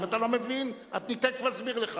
אם אתה לא מבין, אני תיכף אסביר לך.